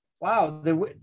wow